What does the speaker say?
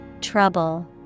Trouble